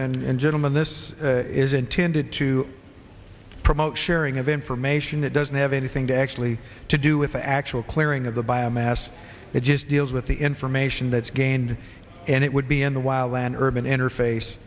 chairman and gentlemen this is intended to promote sharing of information that doesn't have anything to actually to do with the actual clearing of the biomass it just deals with the information that's gained and it would be in the wild land urban interface